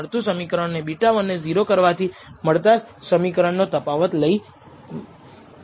આને ફોર્મલ પૂર્વધારણા પરીક્ષણ માં રૂપાંતરિત કરી શકાય છે અને તે જ F ટેસ્ટ કહેવામાં આવે છે